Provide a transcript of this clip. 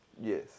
Yes